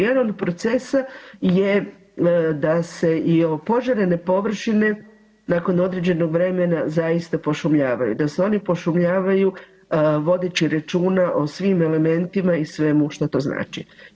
Jedan od procesa je da se i opožarene površine nakon određenog vremena zaista pošumljavaju, da se oni pošumljavaju vodeći računa o svim elementima i svemu šta to znači.